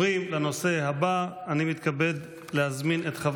כי בהתאם לסעיף 96 לתקנון הכנסת הודיע חבר